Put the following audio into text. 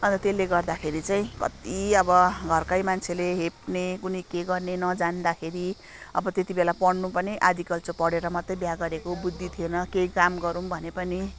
अन्त त्यसले गर्दाखेरि चाहिँ कति अब घरकै मान्छेले हेप्ने कुनि के गर्ने नजान्दाखेरि अब त्यति बेला पढ्नु पनि आधाकल्चो पढेर मात्रै बिहा गरेको बुद्धि थिएन केही काम गरौँ भने पनि